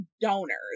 donors